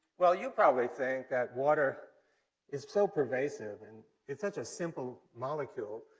well, you probably think that water is so pervasive, and it's such a simple molecule,